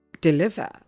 deliver